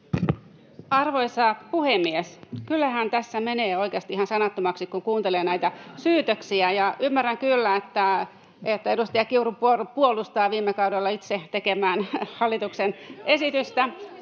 Arvoisa puhemies! Kyllähän tässä menee oikeasti ihan sanattomaksi, kun kuuntelee näitä syytöksiä. Ymmärrän kyllä, että edustaja Kiuru puolustaa viime kaudella itse tekemäänsä hallituksen esitystä.